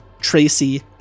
Tracy